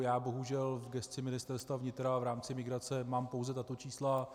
Já bohužel v gesci Ministerstva vnitra v rámci migrace mám pouze tato čísla.